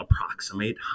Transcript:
approximate